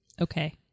Okay